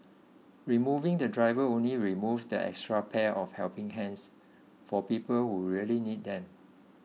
removing the driver only removes that extra pair of helping hands for people who really need them